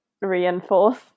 reinforce